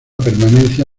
permanencia